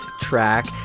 track